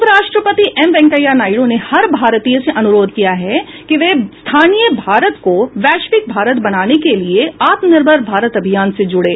उपराष्ट्रपति एम वेंकैया नायडू ने हर भारतीय से अनुरोध किया है कि वह स्थानीय भारत को वैश्विक भारत बनाने के लिए आत्मनिर्भर भारत अभियान से जुड़े